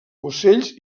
ocells